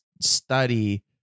study